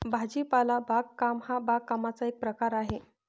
भाजीपाला बागकाम हा बागकामाचा एक प्रकार आहे